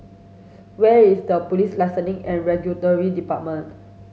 where is the Police Licensing and Regulatory Department